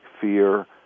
fear